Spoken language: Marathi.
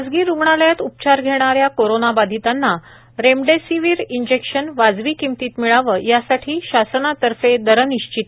खासगी रुग्णालयात उपचार घेणाऱ्या कोरोनाबाधितांना रेमडेसिविर इंजेक्शन वाजवी किंमतीत मिळावं यासाठी शासनातर्फे दर निश्चिती